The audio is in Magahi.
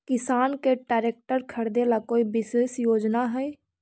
किसान के ट्रैक्टर खरीदे ला कोई विशेष योजना हई?